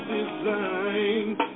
designed